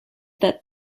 that